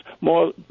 more